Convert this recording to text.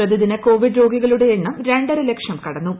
പ്രതിദിന കോവിഡ് രോഗികളുടെ എണ്ണം രണ്ടര ലക്ഷം കടന്നു